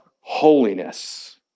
holiness